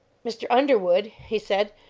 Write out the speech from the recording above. mr. underwood, he said,